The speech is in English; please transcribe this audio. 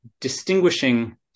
distinguishing